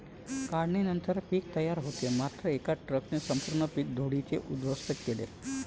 काढणीनंतर पीक तयार होते मात्र एका ट्रकने संपूर्ण पीक धुळीने उद्ध्वस्त केले